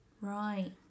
Right